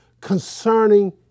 concerning